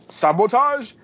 sabotage